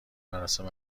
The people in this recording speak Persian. مراسم